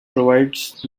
provides